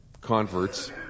converts